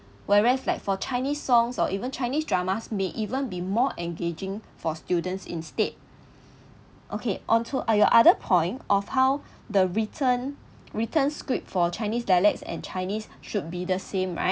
whereas like for chinese songs or even chinese dramas may even be more engaging for students instead okay onto on your other point of how the written written script for chinese dialects and chinese should be the same right